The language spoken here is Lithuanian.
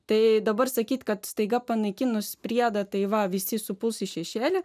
tai dabar sakyti kad staiga panaikinus priedą tai va visi supuls į šešėlį